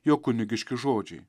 jo kunigiški žodžiai